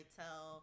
tell